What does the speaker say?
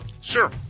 Sure